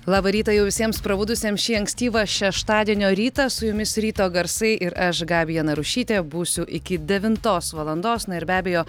labą rytą jau visiems prabudusiems šį ankstyvą šeštadienio rytą su jumis ryto garsai ir aš gabija narušytė būsiu iki devintos valandos na ir be abejo